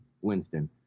Winston